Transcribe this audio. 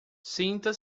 sinta